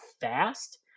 fast